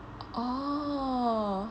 oh